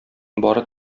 бары